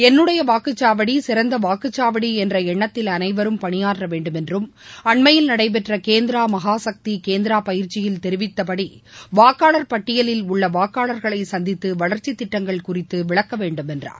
என்னுடைய வாக்குச்சாவடி சிறந்த வாக்குச்சாவடி என்ற எண்ணத்தில் அனைவரும் பணியாற்ற வேண்டும் என்றும் அண்மையில் நடைபெற்ற கேந்திரா மகா கக்தி கேந்திரா பயிற்சியில் தெரிவிக்கப்படி வாக்காளர் பட்டியலில் உள்ள வாக்காளர்களை சந்தித்து வளர்ச்சித் திட்டங்கள் குறித்து விளக்க வேண்டும் என்றார்